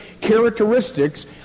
characteristics